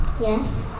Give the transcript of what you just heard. Yes